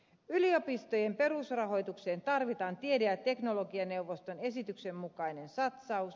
yliopistojen perusrahoitukseen tarvitaan tiede ja teknologianeuvoston esityksen mukainen satsaus